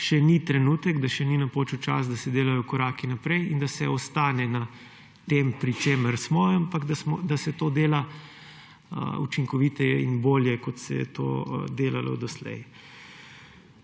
še ni trenutek, da še ni napočil čas, da se delajo koraki naprej in da se ostane na tem, pri čemer smo, ampak da se to dela učinkoviteje in bolje, kot se je to delalo doslej.